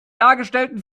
dargestellten